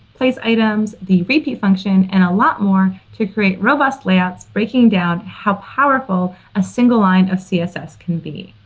place items, the repeat function, and a lot more to create robust layouts breaking down how powerful a single line of css can be.